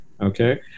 Okay